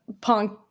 punk